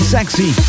Sexy